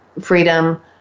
freedom